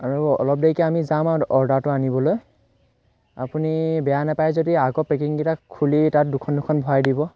আৰু অলপ দেৰিকৈ আমি যাম আৰু অৰ্ডাৰটো আনিবলৈ আপুনি বেয়া নোপায় যদি আকৌ পেকিংকেইটা খুলি তাত দুখন দুখন ভৰাই দিব